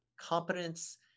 competence